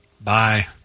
Bye